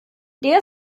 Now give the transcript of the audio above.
der